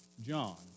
John